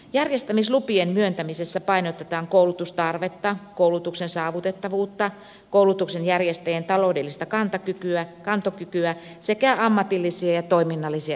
järjestämislupien myöntämisessä painotetaan koulutustarvetta koulutuksen saavutettavuutta koulutuksen järjestäjän taloudellista kantokykyä sekä ammatillisia ja toiminnallisia edellytyksiä